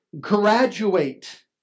graduate